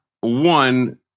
one